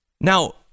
Now